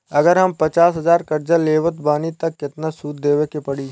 अगर हम पचास हज़ार कर्जा लेवत बानी त केतना सूद देवे के पड़ी?